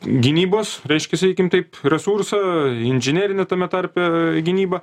gynybos reiškias sakykim taip resursą inžinerinių tame tarpe gynyba